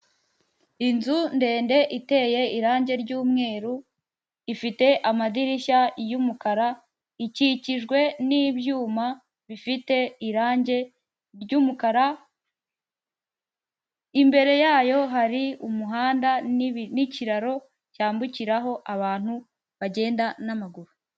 Inzu ndende iteye irange ry'umweru, ifite amadirishya y'umukara ikikijwe n'ibyuma bifite irange ry'umukara, imbere yayo hari umuhanda nibi n'ikiraro cyambukiraho abantu bagenda n'amaguru.